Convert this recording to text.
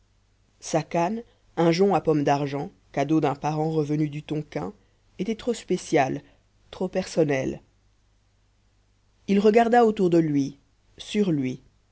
sa canne un jonc à pomme d'argent cadeau d'un parent revenu du tonkin était trop spéciale trop personnelle il regarda autour de lui sur lui